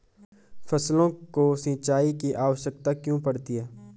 फसलों को सिंचाई की आवश्यकता क्यों पड़ती है?